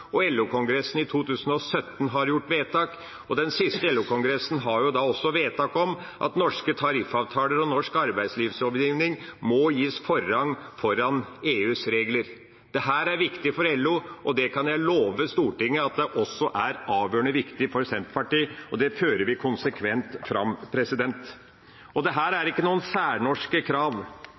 om at norske tariffavtaler og norsk arbeidslivslovgivning må gis forrang foran EUs regler. Dette er viktig for LO, og jeg kan love Stortinget at det også er avgjørende viktig for Senterpartiet – og det framfører vi konsekvent. Dette er ikke særnorske krav. Kravet om at tariffavtaler og faglige rettigheter skal ha forrang framfor EUs markedskrefter, er ikke særnorsk. Tvert imot er dette krav